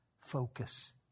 Focus